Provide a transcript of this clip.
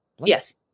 yes